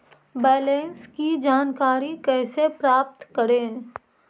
Balance की जानकारी कैसे प्राप्त करे?